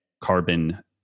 carbon